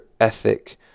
ethic